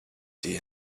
dna